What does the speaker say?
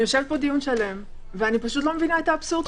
אני יושבת פה דיון שלם ולא מבינה את האבסורד.